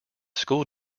school